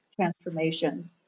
transformation